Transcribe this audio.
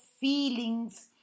feelings